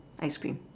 ice cream